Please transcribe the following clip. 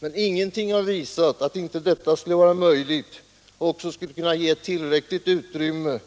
Men ingenting har visat att detta inte skulle vara möjligt och att det inte skull2 finnas tillräckligt utrymme